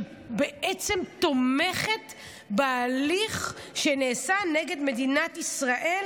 היא בעצם תומכת בהליך שנעשה נגד מדינת ישראל